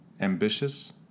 ambitious